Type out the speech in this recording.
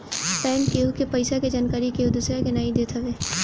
bank केहु के पईसा के जानकरी केहू दूसरा के नाई देत हवे